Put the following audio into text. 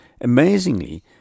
amazingly